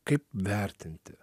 kaip vertinti